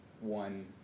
one